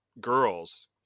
girls